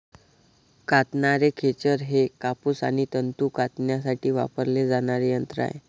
कातणारे खेचर हे कापूस आणि तंतू कातण्यासाठी वापरले जाणारे यंत्र आहे